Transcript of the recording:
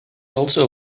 also